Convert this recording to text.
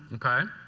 okay.